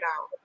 out